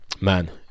man